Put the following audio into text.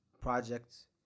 projects